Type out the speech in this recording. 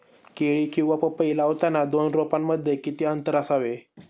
केळी किंवा पपई लावताना दोन रोपांमध्ये किती अंतर असावे?